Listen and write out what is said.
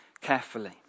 carefully